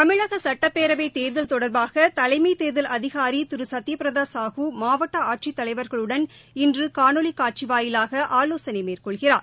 தமிழக சட்டப்பேரவைத் தேர்தல் தொடர்பாக தலைமை தேர்தல் அதிகாரி திரு சத்யபிரதா சாஹூ மாவட்ட ஆட்சித் தலைவர்களுடன் இன்று காணொலி காட்சி வாயிலாக ஆலோசனை மேற்கொள்கிறார்